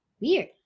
weird